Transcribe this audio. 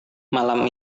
malam